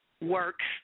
works